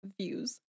views